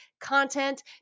content